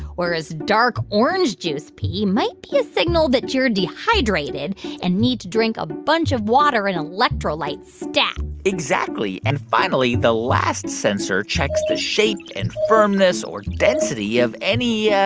whereas dark orange juice pee might be a signal that you're dehydrated and need to drink a bunch of water and electrolytes stat exactly. and finally, the last sensor checks the shape and firmness or density of any